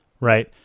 right